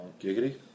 Giggity